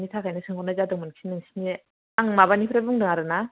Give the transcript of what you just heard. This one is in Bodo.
बेनि थाखायनो सोंहरनाय जादोंमोनखि नोंसिनि आं माबानिफ्राय बुंदों आरो ना